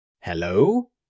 Hello